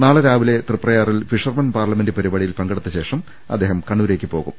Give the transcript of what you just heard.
നാളെ രാവിലെ തൃപ്രയാ റിൽ ഫിഷർമെൻ പാർലമെന്റ് പരിപാടിയിൽ പങ്കെടുത്തശേഷം അദ്ദേഹം കണ്ണൂരേക്ക് പോകും